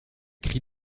cris